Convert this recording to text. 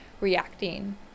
reacting